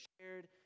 shared